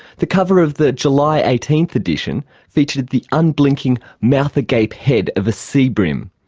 the cover of the july eighteenth edition featured the unblinking mouth agape head of a sea bream,